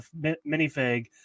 minifig